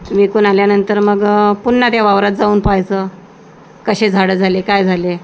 विकून आल्यानंतर मग पुन्हा त्या वावरात जाऊन पाहायचं कसे झाडं झाले काय झाले